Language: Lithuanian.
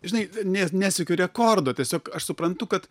žinai ne nesiekiu rekordo tiesiog aš suprantu kad